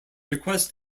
request